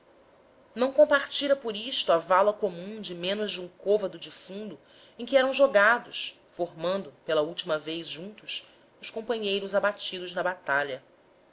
não compartira por isto a vala comum de menos de um côvado de fundo em que eram jogados formando pela última vez juntos os companheiros abatidos na batalha